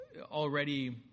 already